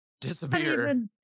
disappear